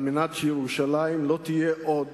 כדי שירושלים לא תהיה עוד